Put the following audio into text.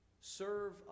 Serve